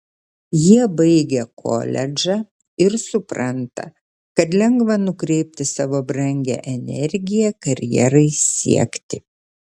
jie baigia koledžą ir supranta kad lengva nukreipti savo brangią energiją karjerai siekti